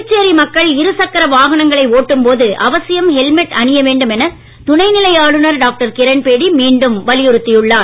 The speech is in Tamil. புதுச்சேரி மக்கள் இருசக்கர வாகனங்களை ஓட்டும்போது அவசியம் ஹெல்மெட் அணிய வேண்டும் என துணைநிலை ஆளுநர் டாக்டர் கிரண்பேடி மீண்டும் வலியுறுத்தியுள்ளார்